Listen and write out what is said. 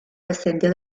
descendió